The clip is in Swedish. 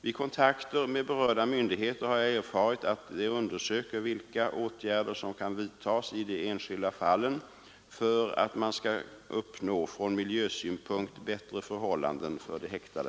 Vid kontakter med berörda myndigheter har jag erfarit att de undersöker vilka åtgärder som kan vidtas i de enskilda fallen för att man skall uppnå från miljösynpunkt bättre förhållanden för de häktade.